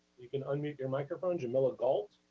you can unmute your microphone, jamila galt.